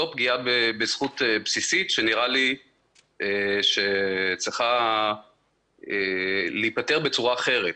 זאת פגיעה בזכות בסיסית שנראה לי שצריכה להיפתר בצורה אחרת.